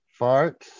farts